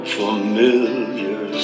familiar